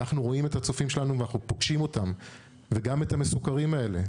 אנחנו רואים את הצופים שלנו ואנחנו פוגשים אותם וגם את המסוקרים האלה,